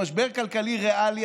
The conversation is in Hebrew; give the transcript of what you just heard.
במשבר כלכלי ריאלי,